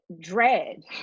dread